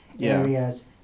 areas